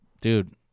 dude